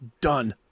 done